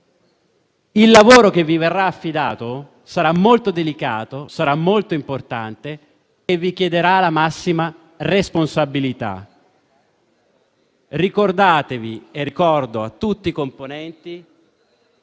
Il lavoro che verrà loro affidato sarà molto delicato, importante e richiederà la massima responsabilità. Ricordate - mi rivolgo a tutti i componenti